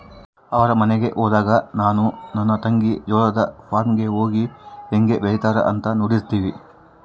ಅವರ ಮನೆಗೆ ಹೋದಾಗ ನಾನು ನನ್ನ ತಂಗಿ ಜೋಳದ ಫಾರ್ಮ್ ಗೆ ಹೋಗಿ ಹೇಂಗೆ ಬೆಳೆತ್ತಾರ ಅಂತ ನೋಡ್ತಿರ್ತಿವಿ